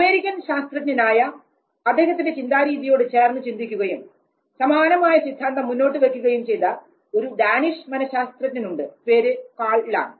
American ശാസ്ത്രജ്ഞനായ ഇദ്ദേഹത്തിൻറെ ചിന്താരീതിയോട് ചേർന്ന് ചിന്തിക്കുകയും സമാനമായ സിദ്ധാന്തം മുന്നോട്ടു വയ്ക്കുകയും ചെയ്ത ഒരു ഡാനിഷ് മനശാസ്ത്രജ്ഞൻ ഉണ്ട് പേര് കാൾ ലാംങ്